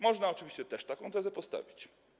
Można oczywiście też taką tezę postawić.